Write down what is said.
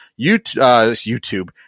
YouTube